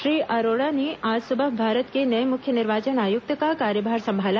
श्री अरोड़ा ने आज सुबह भारत के नये मुख्य निर्वाचन आयुक्त का कार्यभार संभाला